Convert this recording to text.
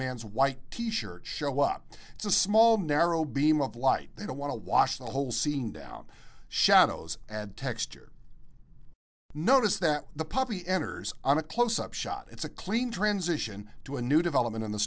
man's white t shirt show up it's a small narrow beam of light they don't want to wash the whole scene down shadows add texture notice that the puppy enters on a close up shot it's a clean transition to a new development in the